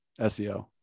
SEO